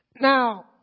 Now